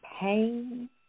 Pain